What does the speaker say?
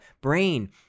brain